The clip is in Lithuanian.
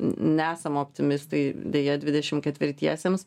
neesam optimistai deja dvidešimt ketvirtiesiems